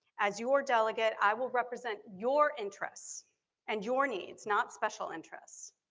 as your delegate i will represent your interests and your needs not special interests.